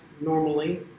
normally